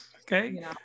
Okay